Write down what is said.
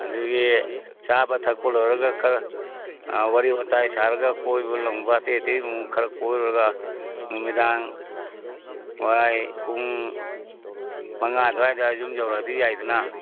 ꯑꯗꯨꯒꯤ ꯆꯥꯕ ꯊꯛꯄ ꯂꯣꯏꯔꯒ ꯈꯔ ꯋꯥꯔꯤ ꯋꯥꯇꯥꯏ ꯁꯥꯔꯒ ꯀꯣꯏꯕ ꯂꯪꯕ ꯑꯇꯩ ꯑꯇꯩ ꯑꯃꯨꯛ ꯈꯔ ꯀꯣꯏꯔꯨꯔꯒ ꯅꯨꯃꯤꯗꯥꯡꯋꯥꯏ ꯄꯨꯡ ꯃꯉꯥ ꯑꯗꯨꯋꯥꯏꯗ ꯌꯨꯝ ꯌꯧꯔꯛꯑꯗꯤ ꯌꯥꯏꯗꯅ